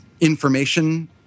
information